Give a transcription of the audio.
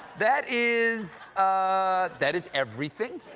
that is, ah that is everything.